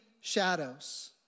shadows